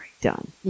done